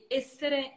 essere